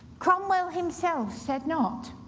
cromwell himself said not.